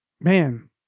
man